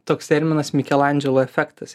toks terminas mikelandželo efektas